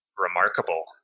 remarkable